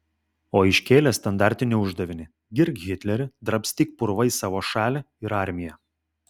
o iškėlė standartinį uždavinį girk hitlerį drabstyk purvais savo šalį ir armiją